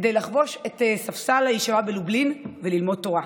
כדי לחבוש את ספסלי הישיבה בלובלין וללמוד תורה.